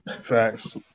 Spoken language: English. facts